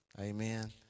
amen